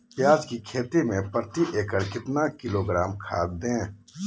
प्याज की खेती में प्रति एकड़ कितना किलोग्राम खाद दे?